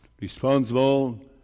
Responsible